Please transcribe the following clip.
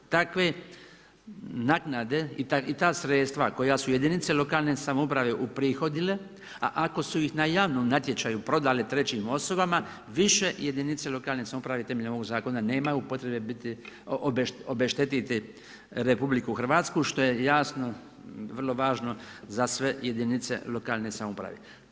Takve naknade i ta sredstva koja su jedinice lokalne samouprave uprihodile a ako su ih na javnom natječaju prodale trećim osobama, više jedinice lokalne samouprave temeljem ovog zakona nemaju potrebe obeštetiti RH što jasno vrlo važno za sve jedinice lokalne samouprave.